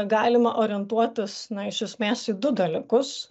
galima orientuotis na iš esmės į du dalykus